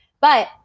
But-